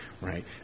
right